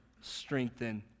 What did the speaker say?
strengthen